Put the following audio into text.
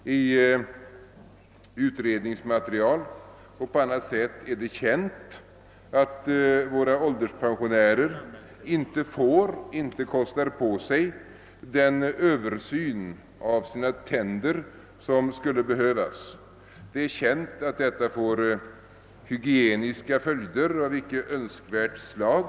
Genom utredningsmaterial och på annat sätt är det känt att våra ålderspensionärer inte kostar på sig den översyn av sina tänder som skulle behövas. Det är känt att detta får hygieniska följder av icke önskvärt slag.